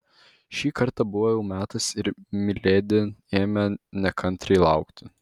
šį kartą buvo jau metas ir miledi ėmė nekantriai laukti